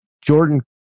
Jordan